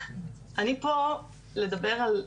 אני פה לדבר על נשים.